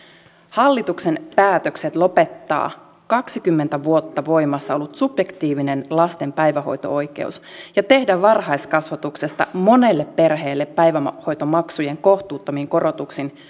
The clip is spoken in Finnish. hallituksen päätökset lopettaa kaksikymmentä vuotta voimassa ollut subjektiivinen lasten päivähoito oikeus ja tehdä varhaiskasvatuksesta monelle perheelle päivähoitomaksujen kohtuuttomin korotuksin